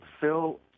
Phil